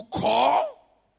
call